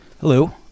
Hello